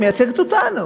היא מייצגת אותנו,